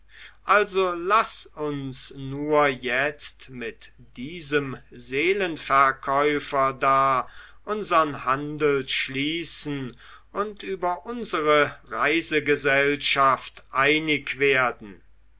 also laß uns nur jetzt mit diesem seelenverkäufer da unsern handel schließen und über unsere reisegesellschaft einig werden